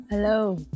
Hello